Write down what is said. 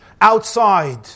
outside